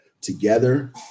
together